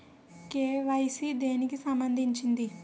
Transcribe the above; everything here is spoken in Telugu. కే.వై.సీ దేనికి సంబందించింది?